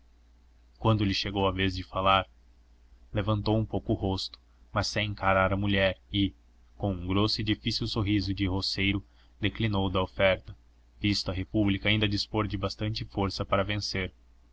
quando lhe chegou a vez de falar levantou um pouco o rosto mas sem encarar a mulher e com um grosso e difícil sorriso de roceiro declinou da oferta visto a república ainda dispor de bastante força para vencer